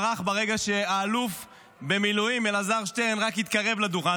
ברח ברגע שהאלוף במילואים אלעזר שטרן רק התקרב לדוכן.